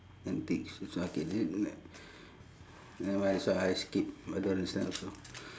antics this one okay t~ nevermind this one I skip I don't understand also